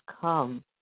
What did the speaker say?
come